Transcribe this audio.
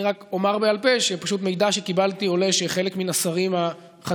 רק אומר בעל פה שממידע שקיבלתי עולה שחלק מן השרים החדשים,